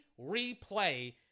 replay